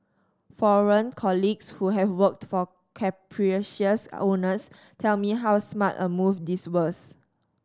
foreign colleagues who have worked for capricious owners tell me how smart a move this was